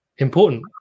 important